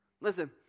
Listen